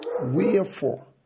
Wherefore